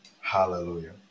Hallelujah